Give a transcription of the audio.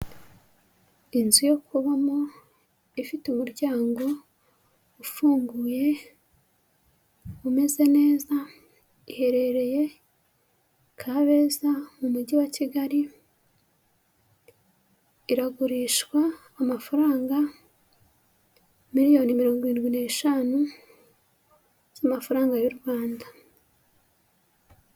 Inzu yo kubamo ifite umuryango ufunguye umeze neza iherereye Kabeza mu mujyi wa Kigali iragurishwa amafaranga miliyoni mirongo irindwi n'eshanu z'amafaranga y'u Rwanda.